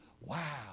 Wow